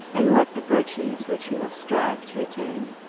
and what the virtues which he will strive to attain.